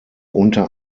unter